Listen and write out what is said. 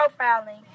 profiling